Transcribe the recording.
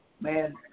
man